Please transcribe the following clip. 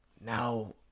now